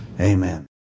Amen